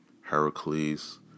Heracles